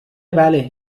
بله